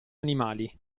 animali